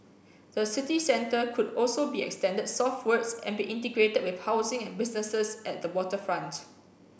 the city centre could also be extended southwards and be integrated with housing and businesses at the waterfront